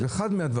זה אחד מהדברים.